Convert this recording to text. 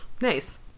Nice